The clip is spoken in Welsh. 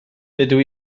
dydw